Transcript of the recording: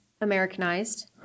Americanized